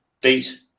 beat